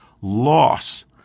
loss